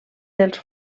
dels